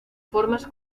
formas